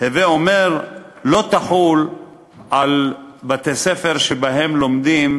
הווי אומר, לא תחול על בתי-ספר שבהם לומדים